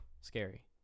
scary